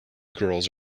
girls